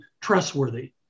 trustworthy